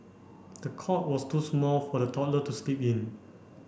the cot was too small for the toddler to sleep in